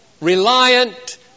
Reliant